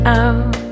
out